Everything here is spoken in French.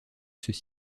ceux